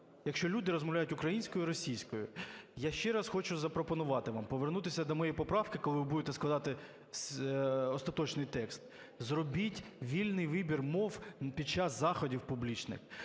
якщо люди розмовляють українською і російською? Я ще раз хочу запропонувати вам повернутися до моєї поправки, коли ви будете складати остаточний текст: зробіть вільний вибір мов під час заходів публічних.